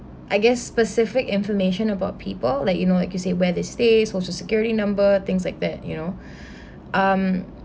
I guess specific information about people like you know like you say where they stay social security number things like that you know um